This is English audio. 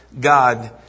God